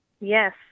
Yes